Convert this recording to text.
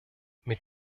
mit